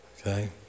Okay